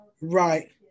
Right